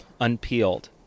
unpeeled